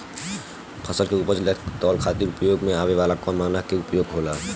फसल के उपज के तौले खातिर उपयोग में आवे वाला कौन मानक के उपयोग होला?